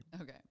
Okay